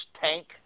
tank